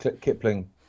Kipling